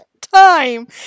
time